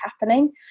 happening